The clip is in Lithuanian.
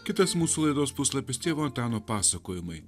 kitas mūsų laidos puslapis tėvo antano pasakojimai